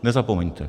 Nezapomeňte.